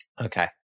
Okay